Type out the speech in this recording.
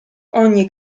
ogni